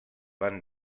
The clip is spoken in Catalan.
van